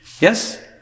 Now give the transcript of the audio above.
Yes